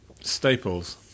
Staples